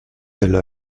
elle